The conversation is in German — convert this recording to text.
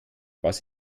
was